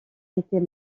était